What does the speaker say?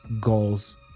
goals